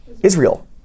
Israel